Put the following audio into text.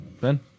Ben